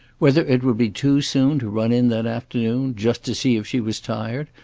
whether it would be too soon to run in that afternoon, just to see if she was tired,